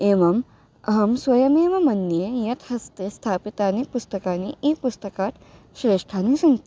एवम् अहं स्वयमेव मन्ये यत् हस्ते स्थापितानि पुस्तकानि ई पुस्तकात् श्रेष्ठानि सन्ति